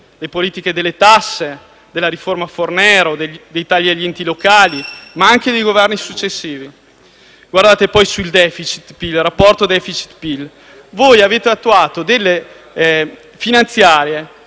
le politiche delle tasse, della riforma Fornero, dei tagli agli enti locali, ma anche dei Governi successivi. Colleghi, in relazione al rapporto *deficit-*PIL voi avete attuato leggi finanziarie